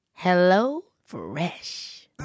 HelloFresh